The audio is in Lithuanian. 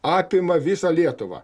apima visą lietuvą